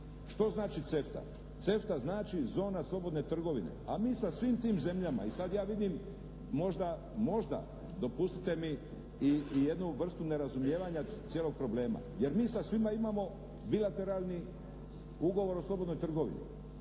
Što znači CEFTA? CEFTA znači zona slobodne trgovine, a mi sa svim tim zemljama i sad ja vidim možda, dopustite mi i jednu vrstu nerazumijevanja cijelog problema. Jer mi sa svima imamo bilateralni ugovor o slobodnoj trgovini,